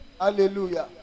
hallelujah